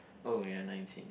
oh ya nineteen